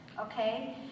okay